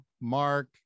Mark